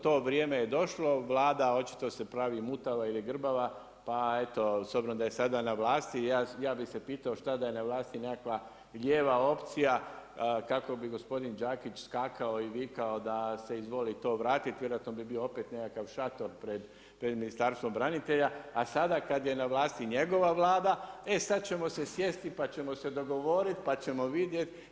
To vrijeme je došlo, Vlada očito se pravi mutava ili grbava, pa eto s obzirom da je sada na vlasti ja bi se pitao što da je na vlasti nekakva lijeva opcija kako bi gospodin Đakić skakao i vikao da se izvoli to vratiti, vjerojatno bi bio opet nekakav šator pred Ministarstvom branitelja, a sada kada je na vlasti njegova Vlada, e sad ćemo si sjesti pa ćemo se dogovoriti, pa ćemo vidjeti.